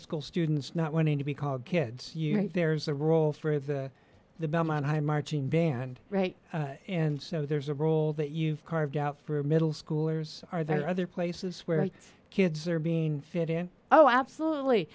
school students not wanting to be called kids you know there's a role for the the belmont high marching band right and so there's a role that you've carved out for middle schoolers are there other places where kids are being fit in oh absolutely